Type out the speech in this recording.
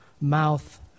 mouth